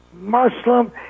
Muslim